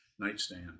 nightstand